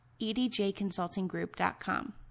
edjconsultinggroup.com